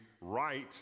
right